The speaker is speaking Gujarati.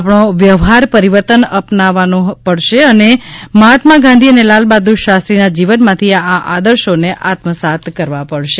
આપણો વ્યવહાર પરિવર્તન અપનાવવો પડશે અને મહાત્મા ગાંધી અને લાલબહાદુર શાસ્ત્રીના જીવનમાંથી આ આદર્શોને આત્મસાત કરવા પડશે